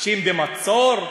שהם במצור,